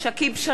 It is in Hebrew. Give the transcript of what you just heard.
נגד